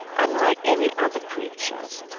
unlike any other creatures,